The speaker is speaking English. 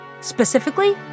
specifically